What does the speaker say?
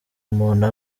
umuntu